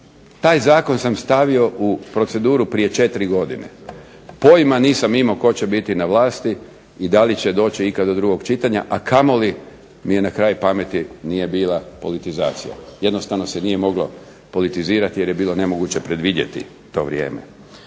Taj zakon sam stavio u proceduru prije 4 godine. Pojma nisam imao tko će biti na vlasti i da li će ikada doći do drugog čitanja, a kamoli mi ni na kraj pameti nije bila politizacija. Jednostavno se nije moglo politizirati jer je bilo nemoguće predvidjeti to vrijeme.